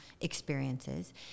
experiences